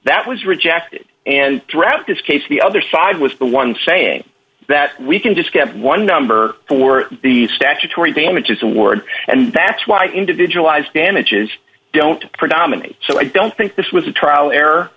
that was rejected and drought this case the other side was the one saying that we can just get one number for the statutory damages award and that's why individualized damages don't predominate so i don't think this was a trial error